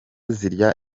zirya